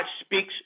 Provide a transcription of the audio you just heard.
speaks